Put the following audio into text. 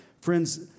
Friends